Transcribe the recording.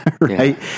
Right